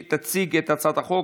2022,